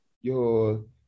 Yo